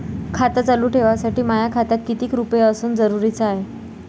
खातं चालू ठेवासाठी माया खात्यात कितीक रुपये असनं जरुरीच हाय?